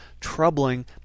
troubling